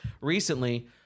recently